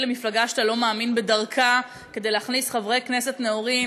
למפלגה שאתה לא מאמין בדרכה כדי להכניס חברי כנסת נאורים.